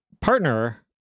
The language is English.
partner